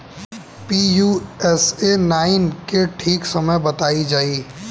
Pusa nine के ठीक समय बताई जाई?